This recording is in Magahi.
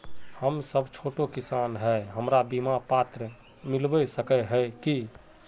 हम सब छोटो किसान है हमरा बिमा पात्र मिलबे सके है की?